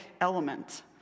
element